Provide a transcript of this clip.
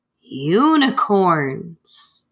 unicorns